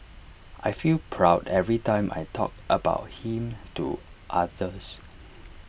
I feel proud every time I talk about him to others